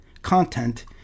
content